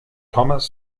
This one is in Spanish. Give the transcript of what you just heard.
thomas